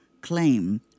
claim